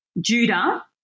Judah